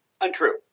untrue